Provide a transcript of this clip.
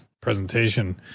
presentation